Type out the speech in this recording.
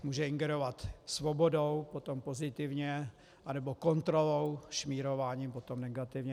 Může ingerovat svobodou, potom pozitivně, anebo kontrolou, šmírováním, potom negativně.